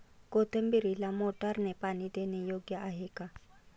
कोथिंबीरीला मोटारने पाणी देणे योग्य आहे का?